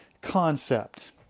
concept